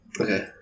Okay